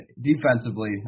defensively